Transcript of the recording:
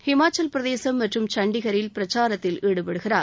ஹிமாச்சலப்பிரதேசம் மற்றும் சண்டிகரில் பிரச்சாரத்தில் ஈடுபடுகிறார்